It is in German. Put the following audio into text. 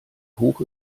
hoch